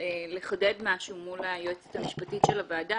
לחדד משהו מול היועצת המשפטית של הוועדה.